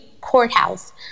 Courthouse